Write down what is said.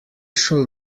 shall